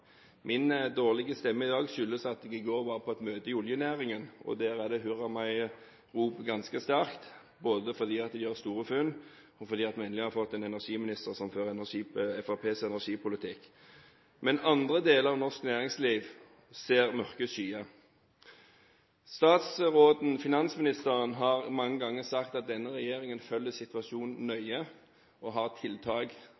Min dårlige stemme i dag skyldes at jeg i går var på et møte i oljenæringen, og der er det ganske sterkt hurrarop, både fordi de gjør store funn, og fordi vi endelig har fått en energiminister som fører Fremskrittspartiets energipolitikk. Men andre deler av norsk næringsliv ser mørke skyer. Finansministeren har mange ganger sagt at denne regjeringen følger situasjonen